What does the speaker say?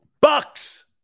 Bucks